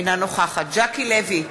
אינה נוכחת ז'קי לוי,